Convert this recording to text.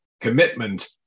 commitment